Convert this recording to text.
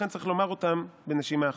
לכן צריך לומר אותם בנשימה אחת.